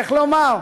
איך לומר,